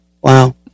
Wow